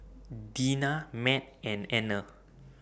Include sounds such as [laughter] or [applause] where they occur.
[noise] Dena Mat and Anner